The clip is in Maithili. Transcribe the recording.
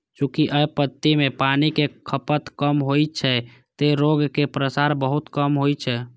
चूंकि अय पद्धति मे पानिक खपत कम होइ छै, तें रोगक प्रसार बहुत कम होइ छै